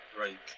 Right